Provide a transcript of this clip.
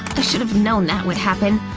i should've known that would happen.